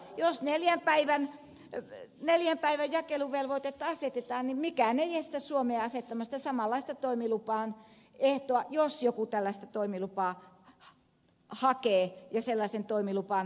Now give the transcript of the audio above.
mutta jos neljän päivän jakeluvelvoitetta asetetaan niin mikään ei estä suomea asettamasta samanlaista ehtoa toimilupaan jos joku tällaista toimilupaa hakee ja sellaisen toimiluvan haluaa